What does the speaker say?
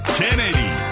1080